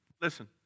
Listen